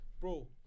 bro